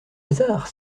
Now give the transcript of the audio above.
hasard